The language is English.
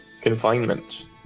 confinement